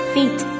Feet